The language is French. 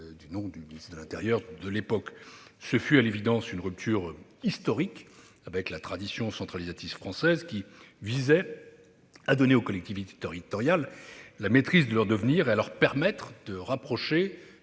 du nom du ministre de l'intérieur de l'époque -fut, à l'évidence, une rupture historique avec la tradition centralisatrice française. Elle visait à donner aux collectivités territoriales la maîtrise de leur devenir et à leur permettre de rapprocher